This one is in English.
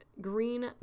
green